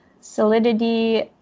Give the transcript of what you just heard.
solidity